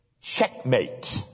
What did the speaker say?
Checkmate